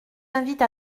invite